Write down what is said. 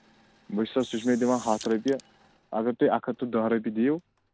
وٕچھ سا سُہ چھِ مےٚ دِوان ہَتھ رۄپیہِ اَگر تُہۍ اَکھ ہَتھ تہٕ دَہ رۄپیہِ دِیِو